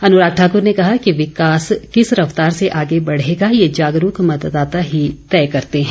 अनुराग ठाकुर ने कहा कि विकास किस रफ्तार से आगे बढ़ेगा ये जागरूक मतदाता ही तय करते हैं